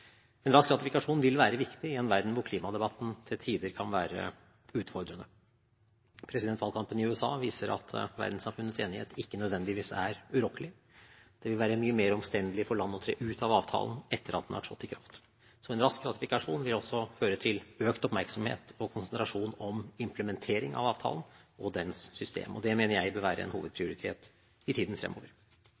En rask ratifikasjon vil være viktig i en verden hvor klimadebatten til tider kan være utfordrende. Valgkampen i USA viser at verdenssamfunnets enighet ikke nødvendigvis er urokkelig. Det vil være mye mer omstendelig for landet å tre ut av avtalen etter at den har trådt i kraft. En rask ratifikasjon vil også føre til økt oppmerksomhet og konsentrasjon om implementering av avtalen og dens system. Det mener jeg bør være en hovedprioritet i tiden fremover.